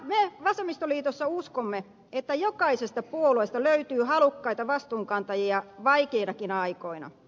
me vasemmistoliitossa uskomme että jokaisesta puolueesta löytyy halukkaita vastuunkantajia vaikeinakin aikoina